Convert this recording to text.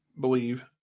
believe